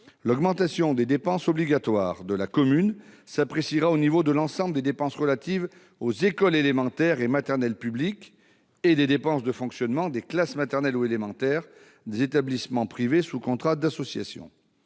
L'augmentation des dépenses obligatoires de la commune s'appréciera au niveau de l'ensemble des dépenses relatives aux écoles élémentaires et maternelles publiques et des dépenses de fonctionnement des classes maternelles ou élémentaires des établissements privés sous contrat d'association.